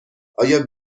آیا